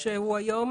שהוא היום